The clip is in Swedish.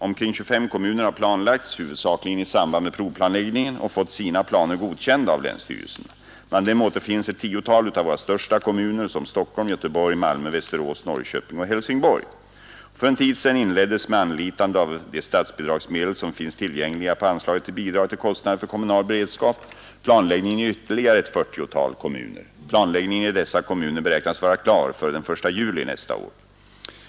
Omkring 25 kommuner har planlagts — huvudsakligen i samband med provplanläggningen — och fått sina planer godkända av länsstyrelserna. Bland dem återfinns ett tiotal av våra största kommuner som Stockholm, Göteborg, Malmö, Västerås, Norrköping och Helsingborg. Och för en tid sedan inleddes — med anlitande av de statsbidragsmedel som finns tillgängliga på anslaget till bidrag till kostnader för kommunal beredskap — planläggningen i ytterligare ett fyrtiotal kommuner. Planläggningen i dessa kommuner beräknas vara klar före den 1 juli nästa år.